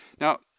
Now